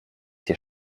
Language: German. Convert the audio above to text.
hier